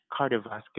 cardiovascular